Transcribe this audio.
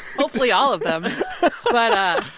hopefully, all of them but.